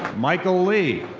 michael lee.